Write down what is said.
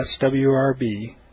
swrb